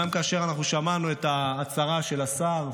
גם כאשר אנחנו שמענו את ההצהרה של השר,